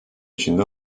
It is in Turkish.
içinde